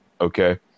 okay